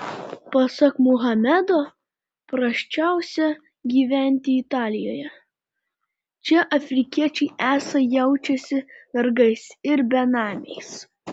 pasak muhamedo prasčiausia gyventi italijoje čia afrikiečiai esą jaučiasi vergais ir benamiais